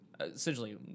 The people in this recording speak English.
Essentially